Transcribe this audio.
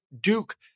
Duke